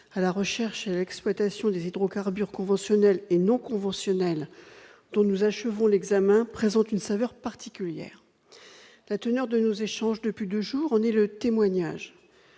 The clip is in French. à la recherche et à l'exploitation des hydrocarbures conventionnels et non conventionnels dont nous achevons l'examen présente une saveur particulière. La teneur de nos échanges depuis deux jours en est le témoignage.